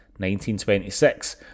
1926